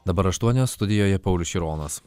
dabar aštuonios studijoje paulius šironas